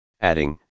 adding